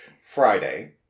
Friday